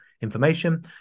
information